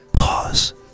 Pause